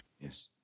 Yes